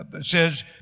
says